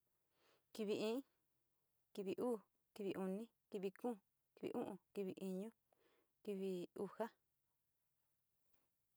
Kivi i, kivi uu, kivi uni, kivi kuu, kivi u´u, kivi iñu, kivi uxa.